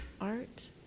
art